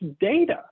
data